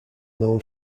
known